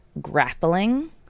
grappling